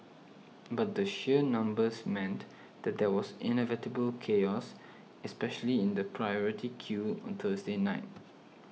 but the sheer numbers meant that there was inevitable chaos especially in the priority queue on Thursday night